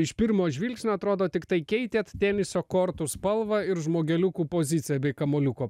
iš pirmo žvilgsnio atrodo tiktai keitėt teniso kortų spalvą ir žmogeliukų poziciją bei kamuoliuko